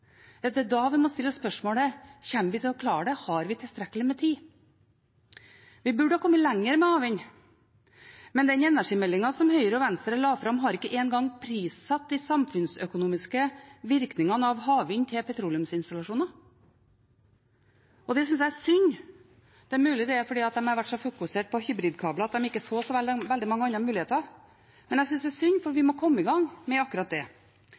Det er da vi må stille spørsmålet: Kommer vi til å klare det – har vi tilstrekkelig med tid? Vi burde ha kommet lenger med havvind, men den energimeldingen som Høyre og Venstre la fram, har ikke engang prissatt de samfunnsøkonomiske virkningene av havvind til petroleumsinstallasjoner. Det synes jeg er synd. Det er mulig det er fordi de har vært så fokusert på hybridkabler at de ikke så veldig mange andre muligheter, men jeg synes det er synd, for vi må komme i gang med akkurat det.